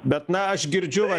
bet na aš girdžiu va